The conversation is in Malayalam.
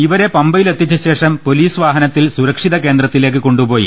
ഇവരെ പമ്പയി ലെത്തിച്ച ശേഷം പൊലീസ് വാഹനത്തിൽ സുരക്ഷിതി കേന്ദ്രത്തിലേക്ക് കൊണ്ടുപോയി